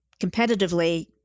competitively